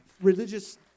religious